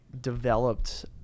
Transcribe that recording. developed